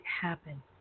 happen